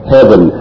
Heaven